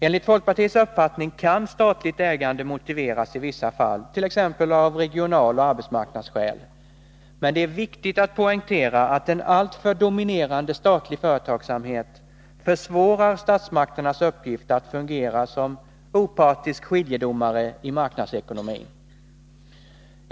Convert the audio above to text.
Enligt folkpartiets uppfattning kan statligt ägande motiveras i vissa fall, t.ex. av regionaloch arbetsmarknadsskäl. Men det är viktigt att poängtera att en alltför dominerande statlig företagsamhet försvårar statsmakternas uppgift att fungera som opartisk skiljedomare i marknadsekonomin.